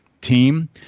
team